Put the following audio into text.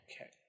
Okay